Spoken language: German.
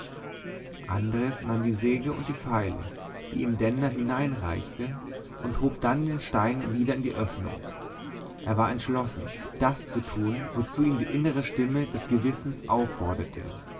andres nahm die säge und die feile die ihm denner hineinreichte und hob dann den stein wieder in die öffnung er war entschlossen das zu tun wozu ihn die innere stimme des gewissens aufforderte